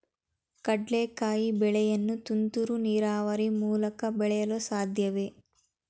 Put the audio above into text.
ಕಡ್ಲೆಕಾಯಿ ಬೆಳೆಯನ್ನು ತುಂತುರು ನೀರಾವರಿ ಮೂಲಕ ಬೆಳೆಯಲು ಸಾಧ್ಯವೇ?